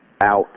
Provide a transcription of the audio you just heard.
out